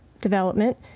development